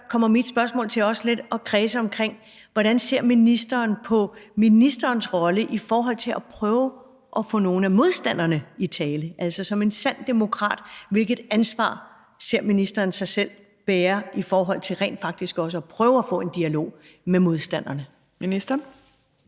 Derfor kommer mit spørgsmål også til at kredse lidt omkring, hvordan ministeren ser på ministerens rolle i forhold til at prøve at få nogle af modstanderne i tale, altså hvilket ansvar ministeren som en sand demokrat ser sig selv bære i forhold til rent faktisk også at prøve at få en dialog med modstanderne. Kl.